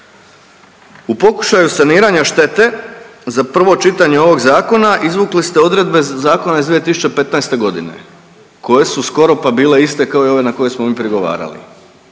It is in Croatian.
u pokušaju saniranja štete za prvo čitanje ovog zakona izvukli ste odredbe zakona iz 2015.g. koje su skoro pa bile iste kao i ove na koje smo mi prigovarali